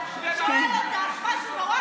את רואה מה זה?